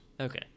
Okay